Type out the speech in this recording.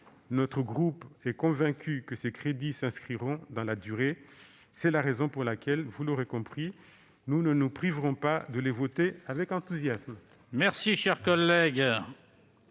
Notre groupe est convaincu que ces crédits s'inscriront dans la durée. C'est la raison pour laquelle, vous l'aurez compris, il ne se privera pas de les voter avec enthousiasme. La parole est